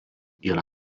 yra